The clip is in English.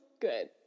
good